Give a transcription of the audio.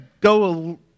go